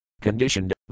conditioned